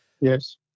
Yes